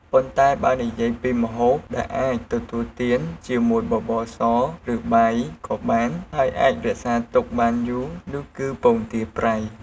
ប៉ុន្តែបើនិយាយពីម្ហូបដែលអាចទទួលទានជាមួយបបរស ឬបាយក៏បាន ហើយអាចរក្សាទុកបានយូរនោះគឺ ពងទាប្រៃ។